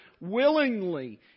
willingly